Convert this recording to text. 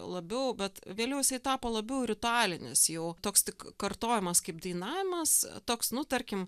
labiau bet vėliau jisai tapo labiau ritualinis jau toks tik kartojamas kaip dainavimas toks nu tarkim